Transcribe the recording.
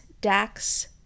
Dax